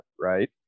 right